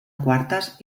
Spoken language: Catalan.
quartes